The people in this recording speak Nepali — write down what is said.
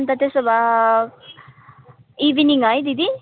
अन्त त्यसो भए इभिनिङ है दिदी